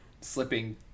slipping